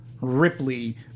Ripley